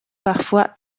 parfois